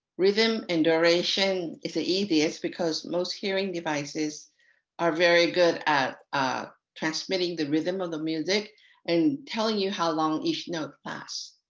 rhythm and duration is ah easiest because most hearing devices are very good at transmitting the rhythm of the music and telling you how long each note lasts.